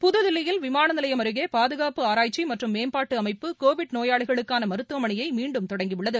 புதுதில்லியில் விமான நிலையம் அருகே பாதுகாப்பு ஆராய்ச்சி மற்றும் மேம்பாட்டு அமைப்பு கோவிட் நோயாளிகளுக்கான மருத்துவமனையை மீண்டும் தொடங்கி உள்ளது